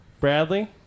Bradley